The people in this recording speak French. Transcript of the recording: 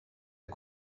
est